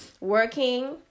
working